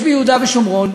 יש ביהודה ושומרון,